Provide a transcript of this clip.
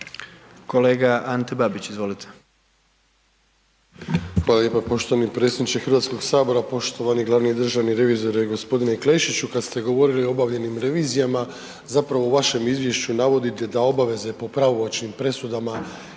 kolega Panenić, izvolite.